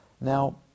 Now